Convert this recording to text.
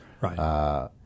Right